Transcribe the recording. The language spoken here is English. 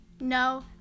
No